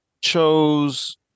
chose